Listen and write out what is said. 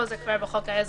פה זה כבר בחוק העזר,